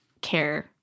care